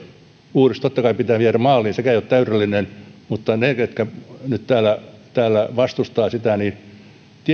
uudistus totta kai pitää viedä maaliin sekään ei ole täydellinen mutta niidenkin jotka nyt täällä täällä vastustavat sitä